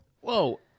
Whoa